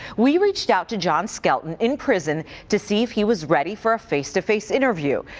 we reached out to john skelton in prison to see if he was ready for a face-to-face interview.